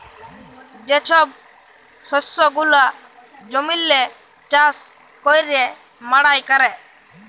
যে ছব শস্য গুলা জমিল্লে চাষ ক্যইরে মাড়াই ক্যরে